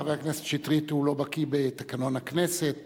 חבר הכנסת שטרית לא בקי בתקנון הכנסת